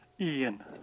Ian